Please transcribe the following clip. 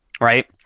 right